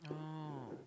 oh